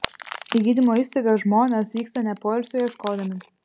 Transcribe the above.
į gydymo įstaigas žmonės vyksta ne poilsio ieškodami